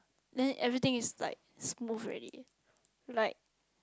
then everything is like smooth already like